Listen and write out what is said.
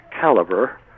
caliber